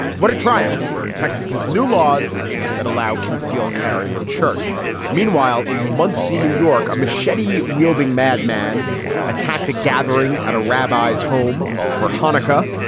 what a triumph for texas is new laws that allow concealed carry in church meanwhile, in muncie, new york, a machete wielding mad man attacked a gathering at a rabbi's home for hanukkah.